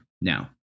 Now